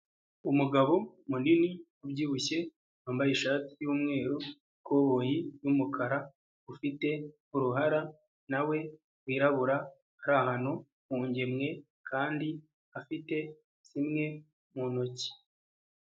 Umugabo munini ubyibushye wambaye ishati y'umweru, ikoboyi y'umukara ufite uruhara na we wirabura, ari ahantu mu ngemwe kandi afite zimwe mu ntoki.